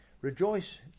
Rejoice